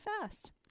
fast